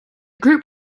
group